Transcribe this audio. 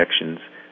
injections